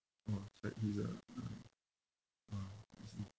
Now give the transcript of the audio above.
!wah! like this ah mm !wah! I see